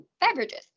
beverages